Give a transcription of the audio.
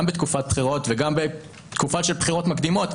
בתקופה של בחירות וגם בתקופה של בחירות מקדימות,